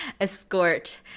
escort